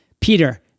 Peter